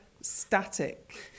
static